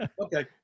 okay